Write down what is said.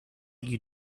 you